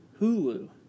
Hulu